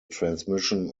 transmission